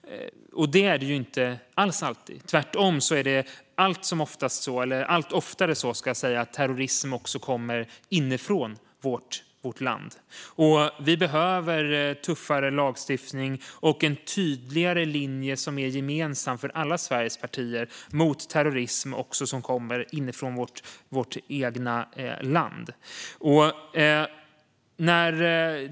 Det är det inte alls alltid. Det är tvärtom allt oftare på det sättet att terrorism också kommer inifrån vårt land. Vi behöver tuffare lagstiftning och en tydligare linje som är gemensam för alla Sveriges partier också mot terrorism som kommer inifrån, från vårt eget land.